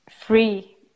free